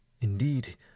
Indeed